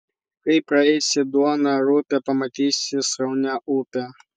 kai praeisi duoną rupią pamatysi sraunią upę